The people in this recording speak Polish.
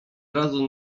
razu